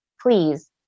please